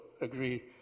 agree